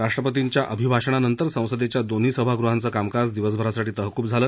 राष्ट्रपतींच्या अभिभाषणानंतर संसदेच्या दोन्ही सभागृहाचं कामकाज दिवसभरासाठी तहकूब करण्यात आलं